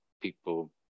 people